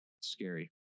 scary